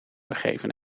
begeven